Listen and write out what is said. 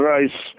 Rice